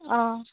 অঁ